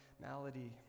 malady